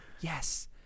yes